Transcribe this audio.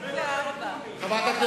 כמו ב-2004.